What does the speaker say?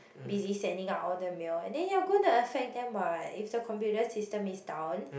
busy sending out all the mail and then you're going to affect them what if the computer system is down